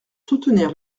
soutenir